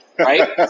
Right